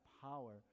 power